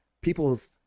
people's